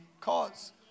cause